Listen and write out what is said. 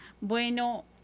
bueno